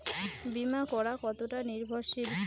বীমা করা কতোটা নির্ভরশীল?